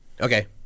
Okay